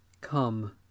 Come